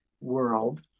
world